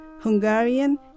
Hungarian